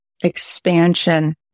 expansion